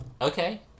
Okay